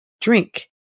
Drink